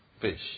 fish